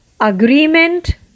Agreement